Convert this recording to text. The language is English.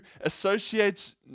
associates